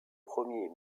premier